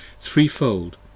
threefold